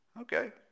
Okay